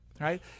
right